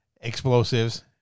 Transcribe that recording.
explosives